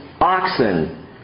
oxen